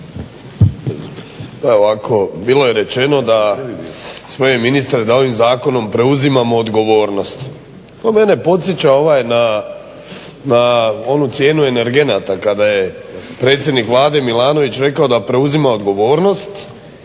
bilo je rečeno da gospodine ministre da ovim zakonom preuzimamo odgovornost. To mene podsjeća na onu cijenu energenata kada je predsjednik Vlade Milanović rekao da preuzima odgovornost,